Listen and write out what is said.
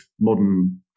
modern